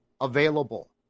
available